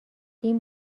این